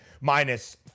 minus